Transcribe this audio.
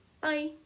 bye